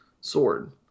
Sword